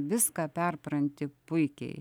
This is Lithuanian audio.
viską perpranti puikiai